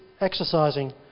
exercising